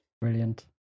brilliant